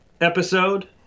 episode